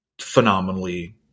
phenomenally